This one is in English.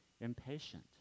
impatient